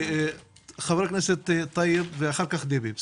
חבר הכנסת טייב, ואחר כך דבי.